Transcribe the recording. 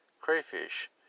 crayfish